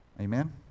Amen